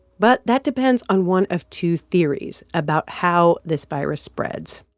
but that depends on one of two theories about how this virus spreads.